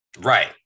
Right